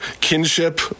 kinship